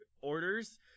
orders